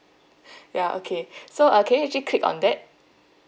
ya okay so uh can you actually click on that